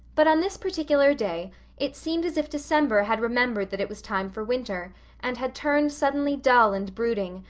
but on this particular day it seemed as if december had remembered that it was time for winter and had turned suddenly dull and brooding,